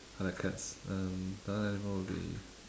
I like cats um another animal would be